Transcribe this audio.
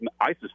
ISIS